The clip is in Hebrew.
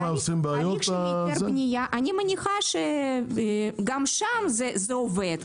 אני מניחה שגם שם זה עובד.